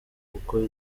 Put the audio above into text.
kuko